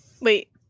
Wait